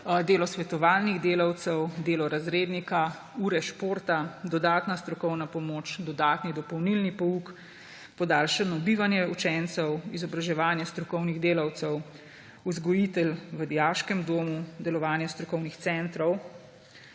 delo svetovalnih delavcev, delo razrednika, ure športa, dodatna strokovna pomoč, dodatni dopolnilni pouk, podaljšano bivanje učencev, izobraževanje strokovnih delavcev, vzgojitelj v dijaškem domu, delovanje strokovnih centrov,